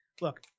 Look